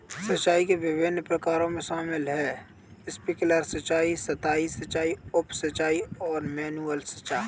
सिंचाई के विभिन्न प्रकारों में शामिल है स्प्रिंकलर सिंचाई, सतही सिंचाई, उप सिंचाई और मैनुअल सिंचाई